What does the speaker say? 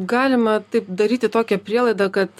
galima taip daryti tokią prielaidą kad